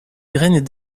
graines